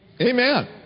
Amen